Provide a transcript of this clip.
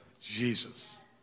Jesus